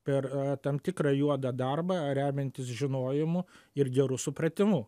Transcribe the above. per tam tikrą juodą darbą remiantis žinojimu ir geru supratimu